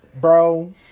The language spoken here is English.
bro